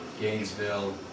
Gainesville